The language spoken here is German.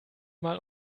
mal